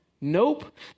Nope